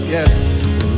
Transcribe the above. Yes